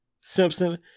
Simpson